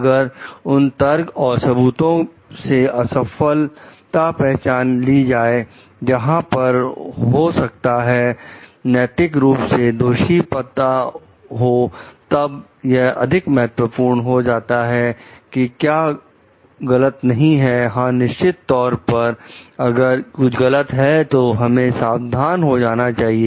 अगर उन तर्क और सबूतों से असफलता पहचान ली जाए जहां पर हो सकता है नैतिक रूप से दोषी पता हो तब यह अधिक महत्वपूर्ण हो जाता है की क्या गलत नहीं है हां निश्चित तौर पर अगर कुछ गलत है तो हमें सावधान हो जाना चाहिए